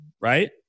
right